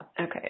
Okay